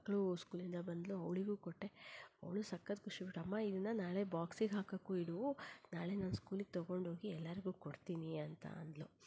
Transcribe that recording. ಮಗಳು ಸ್ಕೂಲಿಂದ ಬಂದಳು ಅವಳಿಗೂ ಕೊಟ್ಟೆ ಅವಳು ಸಖತ್ ಖುಷಿ ಪಟ್ಟು ಅಮ್ಮ ಇದನ್ನ ನಾಳೆ ಬಾಕ್ಸಿಗೆ ಹಾಕೋಕ್ಕೂ ಇಡು ನಾಳೆ ನಾ ಸ್ಕೂಲಿಗೆ ತೊಗೊಂಡು ಹೋಗಿ ಎಲ್ಲರಿಗೂ ಕೊಡ್ತೀನಿ ಅಂತ ಅಂದಳು